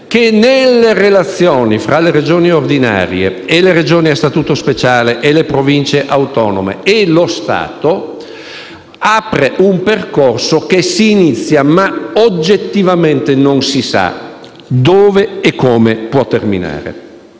che, nelle relazioni tra le Regioni ordinarie, le Regioni a statuto speciale, le Province autonome e lo Stato, apre un percorso che si inizia ma oggettivamente non si sa dove e come può terminare.